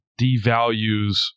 devalues